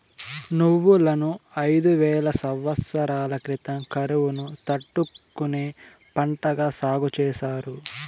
నువ్వులను ఐదు వేల సమత్సరాల క్రితం కరువును తట్టుకునే పంటగా సాగు చేసారు